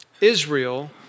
Israel